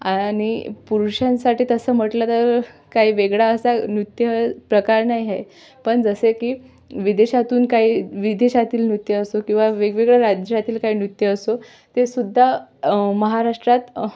आणि पुरुषांसाठी तसं म्हटलं तर काही वेगळा असा नृत्य प्रकार नाही आहे पण जसे की विदेशातून काही विदेशातील नृत्य असो किंवा वेगवेगळ्या राज्यातील काही नृत्य असो ते सुद्धा महाराष्ट्रात